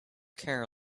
care